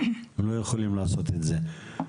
הם לא יכולים לעשות את זה.